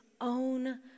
own